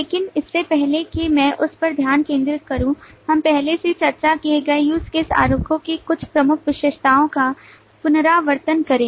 लेकिन इससे पहले कि मैं उस पर ध्यान केंद्रित करूँ हम पहले से चर्चा किए गए use case आरेखों की कुछ प्रमुख विशेषताओं का पुनरावर्तन करें